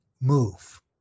move